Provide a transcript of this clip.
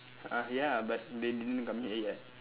uh ya but they didn't come here yet